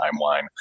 timeline